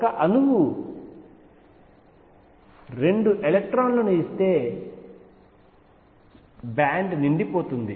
ఒక అణువు 2 ఎలక్ట్రాన్ లను ఇస్తే బ్యాండ్ నిండిపోతుంది